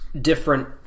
different